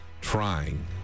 trying